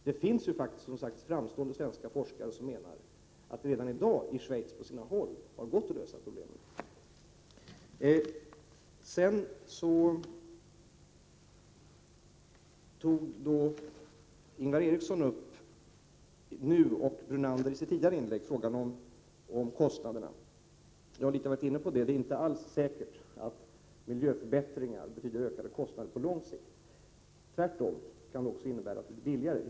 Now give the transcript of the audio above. Det finns som sagt framstående svenska forskare som menar att det redan i dag på sina håll i Schweiz har gått att lösa problemen. Ingvar Eriksson tog nu upp frågan om kostnaderna, liksom Lennart Brunander gjorde i ett tidigare inlägg. Jag har redan delvis varit inne på detta. Det är inte alls säkert att miljöförbättringar betyder ökade kostnader på lång sikt. Tvärtom kan de innebära att det blir billigare.